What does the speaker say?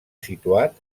situat